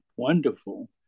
Wonderful